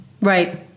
right